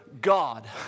God